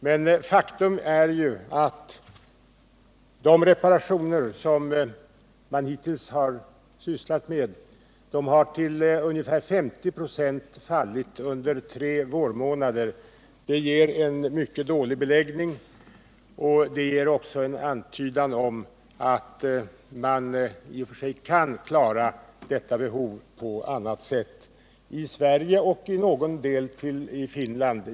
Men faktum är ju att de reparationer som Finnboda varv hittills har sysslat med till ungefär 50 96 har infallit under tre vårmånader. Det ger en mycket dålig beläggning, och det ger också en antydan om att man i och för sig kan klara detta behov på annat sätt, i Sverige och till någon del i Finland.